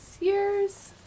years